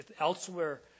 elsewhere